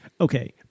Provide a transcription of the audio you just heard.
okay